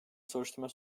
soruşturma